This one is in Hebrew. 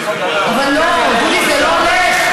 דודי, זה לא הולך.